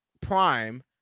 prime